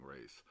race